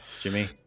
Jimmy